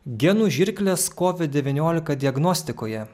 genų žirklės kovid devyniolika diagnostikoje